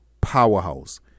powerhouse